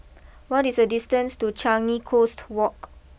what is the distance to Changi Coast walk